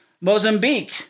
Mozambique